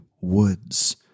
woods